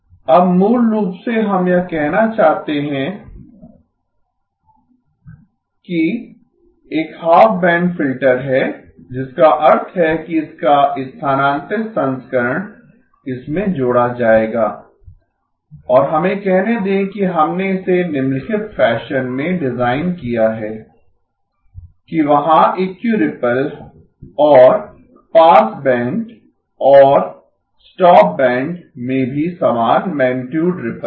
अब मूल रूप से हम यह कहना चाहते हैं कि एक हाफ बैंड फिल्टर है जिसका अर्थ है कि इसका स्थानांतरित संस्करण इसमें जोड़ा जाएगा और हमें कहने दें कि हमने इसे निम्नलिखित फैशन में डिजाइन किया है कि वहाँ इक्यूरिपल और पास बैंड और स्टॉप बैंड में भी समान मैगनीटुड रिपल हैं